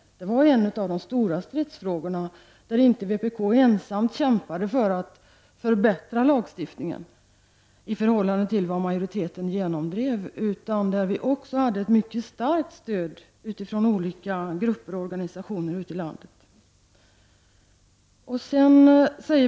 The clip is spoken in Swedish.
Det var en av de stora stridsfrågorna. Där kämpade vi i vpk inte ensamma för att förbättra lagstift ningen i förhållande till vad majoriteten genomdrev, utan vi hade ett mycket starkt stöd från olika grupper och organisationer ute i landet.